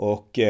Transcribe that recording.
Och